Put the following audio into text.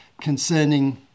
concerning